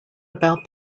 about